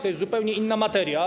To jest zupełnie inna materia.